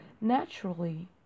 naturally